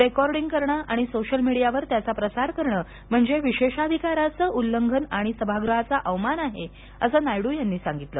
recording करणे आणि social मीडियावर त्याचा प्रसार करणे म्हणजे विशेषाधिकाराचं उल्लंघन आणि सभागृहाचा अवमान आहे असं नायडू यांनी सांगितलं